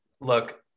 look